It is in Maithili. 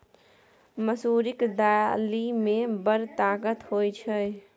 मसुरीक दालि मे बड़ ताकत होए छै